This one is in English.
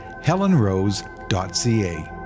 helenrose.ca